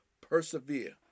Persevere